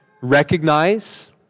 recognize